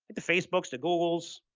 the facebooks, the googles,